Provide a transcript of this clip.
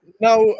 Now